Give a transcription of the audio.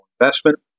investment